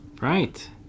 right